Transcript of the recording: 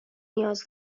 نیاز